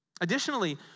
Additionally